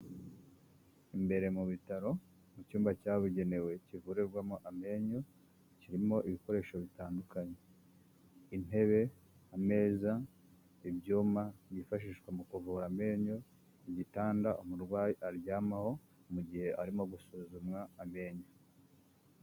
Imbere mu bitaro, mu cyumba cyabugenewe kivurirwamo amenyo, kirimo ibikoresho bitandukanye, intebe ameza ibyuma byifashishwa mu kuvura amenyo, igitanda umurwayi aryamaho mu gihe arimo gusuzumwa amenyo.